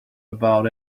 about